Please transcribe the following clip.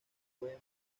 pueden